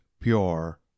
pure